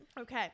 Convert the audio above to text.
Okay